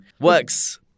works